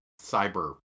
cyber